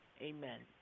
amen